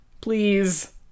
please